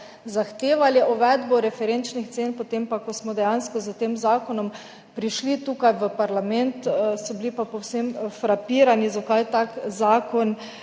zahtevali uvedbo referenčnih cen, potem ko smo dejansko s tem zakonom prišli sem v parlament, so bili pa povsem frapirani, zakaj tak zakon